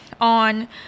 on